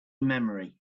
memory